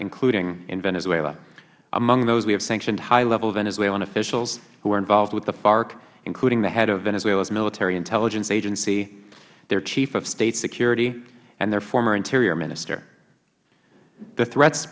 including in venezuela among those we have sanctioned high level venezuelan officials who were involved with the farc including the head of venezuela's military intelligence agency their chief of state security and their former interior minister the threats